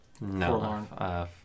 No